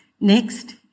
Next